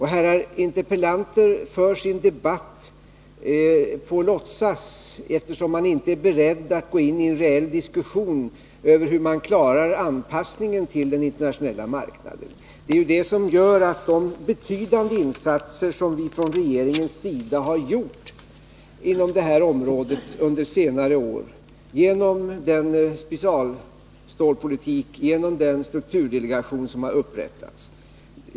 Herrar frågeställare för debatten på låtsas, eftersom de inte är beredda att gå in i en reell diskussion om hur man klarar anpassningen till den internationella marknaden. Det är det som har gjort att regeringen genomfört betydande insatser inom detta område under senare år, genom specialstålspolitiken och genom den strukturdelegation som upprättats.